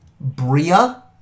Bria